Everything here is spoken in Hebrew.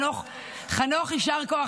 יסמין, הם כבר רואים את --- חנוך, יישר כוח.